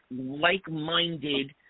like-minded